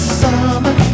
summer